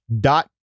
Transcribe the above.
dot